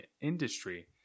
industry